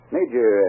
Major